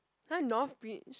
!huh! north bridge